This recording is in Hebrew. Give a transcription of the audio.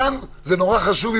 כאן זה מאוד חשוב,